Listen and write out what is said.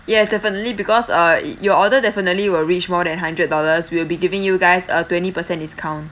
yes definitely because uh your order definitely will reach more than hundred dollars we'll be giving you guys a twenty percent discount